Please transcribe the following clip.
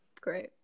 great